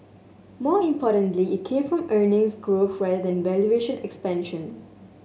more importantly it came from earnings growth rather than valuation expansion